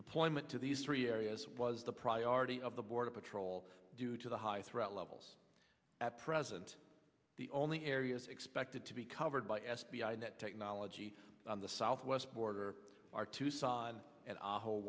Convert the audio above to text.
deployment to these three areas was the priority of the border patrol due to the high threat levels at present the only areas expected to be covered by f b i net technology on the southwest border are tucson and a whole